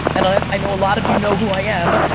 and i i know a lot of you know who i am,